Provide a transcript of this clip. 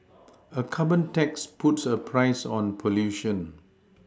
a carbon tax puts a price on pollution